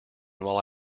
while